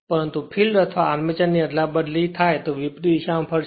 પરંતુ ફીલ્ડ અથવા આર્મચર ની અદલાબદલી થાય તો વિપરીત દિશા માં ફરશે